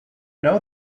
know